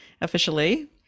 officially